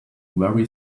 very